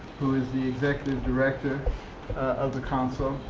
who is the executive director of the council.